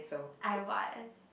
I was